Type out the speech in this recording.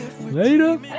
Later